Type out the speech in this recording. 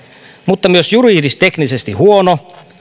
myös juridisteknisesti